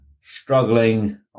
struggling